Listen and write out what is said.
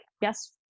yes